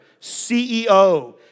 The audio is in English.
CEO